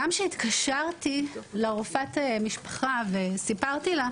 כשהתקשרתי לרופאת המשפחה וסיפרתי לה,